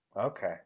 Okay